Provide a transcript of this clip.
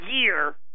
year